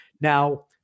Now